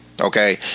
Okay